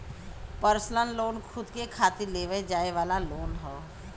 personal loan खुद के खातिर लेवे जाये वाला लोन हौ